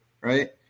right